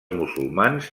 musulmans